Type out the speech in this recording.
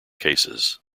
cases